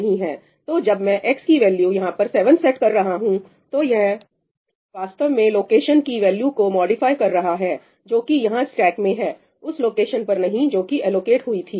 तो जब मैं x की वैल्यू यहां पर 7 सेट कर रहा हूं तो यह वास्तव में लोकेशन की वैल्यू को मॉडिफाई कर रहा है जो कि यहां स्टैक मैं है उस लोकेशन पर नहीं जो कि एलोकेट हुई थी